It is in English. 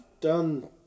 done